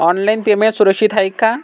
Online payment सुरक्षित आहे का?